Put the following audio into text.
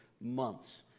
months